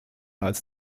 als